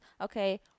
okay